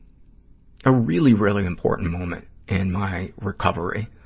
a really, really, important moment in my recovery,